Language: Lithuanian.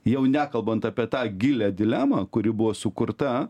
jau nekalbant apie tą gilią dilemą kuri buvo sukurta